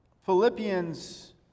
Philippians